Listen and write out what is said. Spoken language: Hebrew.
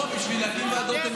שיניתם את הוועדות.